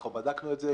אנחנו בדקנו את זה,